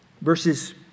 Verses